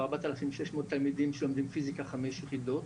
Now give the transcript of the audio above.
ו-4,600 תלמידים שלומדים פיזיקה 5 יחידות.